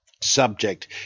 subject